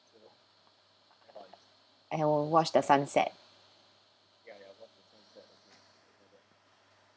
I will watch the sunset